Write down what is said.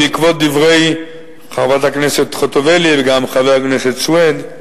בעקבות דברי חברת הכנסת חוטובלי וגם חבר הכנסת סוייד,